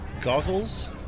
goggles